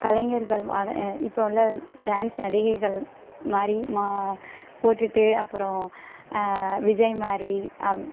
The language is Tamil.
கலைஞர்கள் இப்போது உள்ள டான்ஸ் நடிகைகள் மாதிரி மா போட்டுகிட்டு அப்புறோம் விஜய் மாதிரி அப்